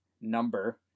number